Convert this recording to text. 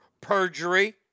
perjury